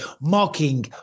mocking